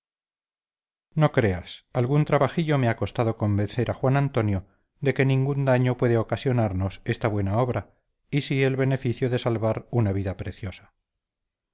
no creas algún trabajillo me ha costado convencer a juan antonio de que ningún daño puede ocasionarnos esta buena obra y sí el beneficio de salvar una vida preciosa